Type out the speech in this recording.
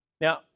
Now